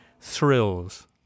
thrills